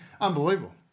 Unbelievable